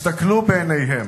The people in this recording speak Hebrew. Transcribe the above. הסתכלו בעיניהם.